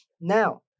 Now